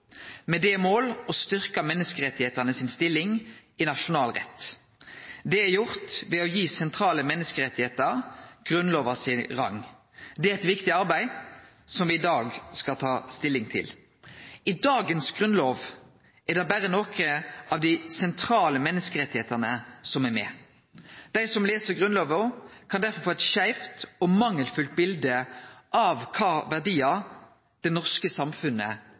med det mål å styrkje menneskerettanes stilling i nasjonal rett. Det er gjort ved å gi sentrale menneskerettar grunnlovsrang. Det er eit viktig arbeid som me i dag skal ta stilling til. I dagens grunnlov er det berre nokre av dei sentrale menneskerettane som er med. Dei som les Grunnlova, kan derfor få eit skeivt og mangelfullt bilde av kva verdiar det norske samfunnet